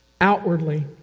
Outwardly